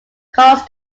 calls